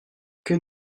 que